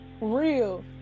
real